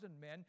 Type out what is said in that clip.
men